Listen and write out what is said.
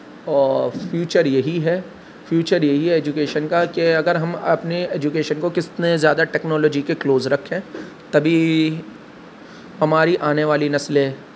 اور فیوچر یہی ہے فیوچر یہی ہے ایجوکیشن کا کہ اگر ہم اپنے ایجوکیشن کو کس نے زیادہ ٹیکنالوجی کے کلوز رکھیں تبھی ہماری آنے والی نسلیں